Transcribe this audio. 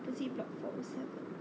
let's see block forty seven